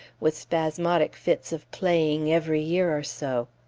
with spasmodic fits of playing every year or so.